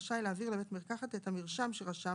לבתי מרקחת באמצעות אמצעי דיגיטלי נפוץ שבשימוש הציבור,